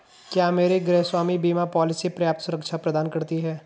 क्या मेरी गृहस्वामी बीमा पॉलिसी पर्याप्त सुरक्षा प्रदान करती है?